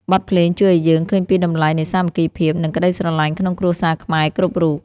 បទភ្លេងជួយឱ្យយើងឃើញពីតម្លៃនៃសាមគ្គីភាព និងក្ដីស្រឡាញ់ក្នុងគ្រួសារខ្មែរគ្រប់រូប។